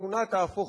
והשכונה תהפוך לעיר.